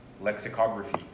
lexicography